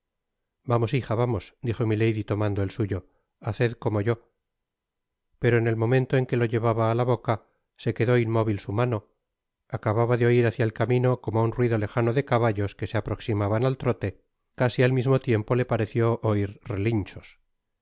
vamos hija vamos dijo milady tomando el suyo haced como yo pero en el momento en que lo llevaba á la boca se quedó inmóvil su mano acababa de oir hácia el camino como un ruido lejano de caballos que se aproximaban al trote casi al mismo tiempo le pareció oir relinchos